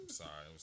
sorry